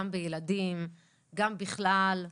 בילדים ובכלל,